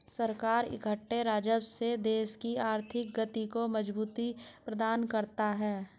सरकार इकट्ठे राजस्व से देश की आर्थिक गति को मजबूती प्रदान करता है